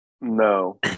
No